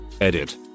Edit